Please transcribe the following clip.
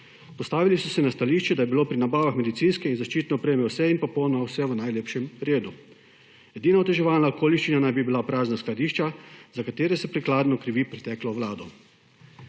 Postavili so se na stališče, da je bilo pri nabavah medicinske in zaščitne opreme vse in popolnoma vse v najlepšem redu. Edina oteževalna okoliščina naj bi bila prazna skladišča, za katere se prikladno krivi preteklo vlado.